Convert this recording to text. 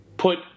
put